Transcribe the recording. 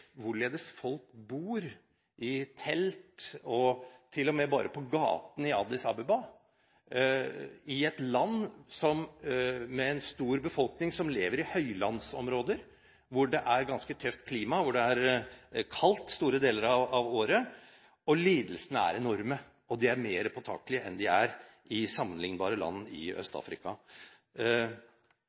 og med på gaten i Addis Abeba – i et land der en stor del av befolkningen lever i høylandsområder hvor det er et ganske tøft klima, hvor det er kaldt store deler av året. Lidelsene er enorme, og de er mer påtakelige enn de er i sammenlignbare land i